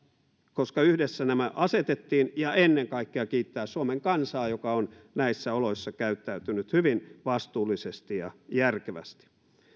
koska yhdessä nämä asetettiin ja ennen kaikkea kiittää suomen kansaa joka on näissä oloissa käyttäytynyt hyvin vastuullisesti ja järkevästi